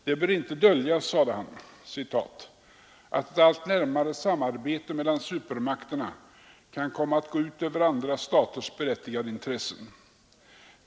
”Det bör inte döljas”, sade han, ”att ett allt närmare samarbete mellan supermakterna kan komma att gå ut över andra staters berättigade intressen.